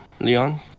Leon